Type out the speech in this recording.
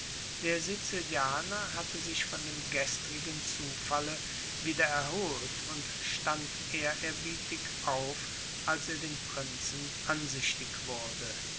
der sizilianer hatte sich von dem gestrigen zufalle wieder erholt und stand ehrerbietig auf als er den prinzen ansichtig wurde